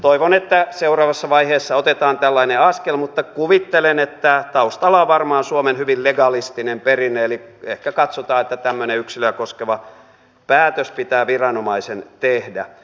toivon että seuraavassa vaiheessa otetaan tällainen askel mutta kuvittelen että taustalla on varmaan suomen hyvin legalistinen perinne eli se että ehkä katsotaan että tämmöinen yksilöä koskeva päätös pitää viranomaisen tehdä